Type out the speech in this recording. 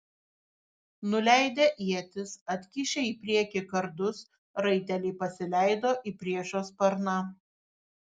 nuleidę ietis atkišę į priekį kardus raiteliai pasileido į priešo sparną